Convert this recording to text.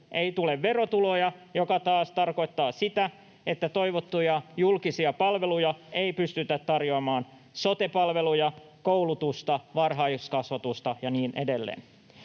ei tule verotuloja, mikä taas tarkoittaa sitä, että toivottuja julkisia palveluja ei pystytä tarjoamaan: sote-palveluja, koulutusta, varhaiskasvatusta ja niin edelleen.